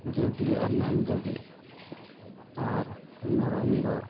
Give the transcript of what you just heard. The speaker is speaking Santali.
ᱡᱮᱫᱤ ᱟᱨ ᱱᱟᱢ ᱡᱮᱫᱤ ᱟᱨ ᱢᱮᱨᱚᱢᱫᱚ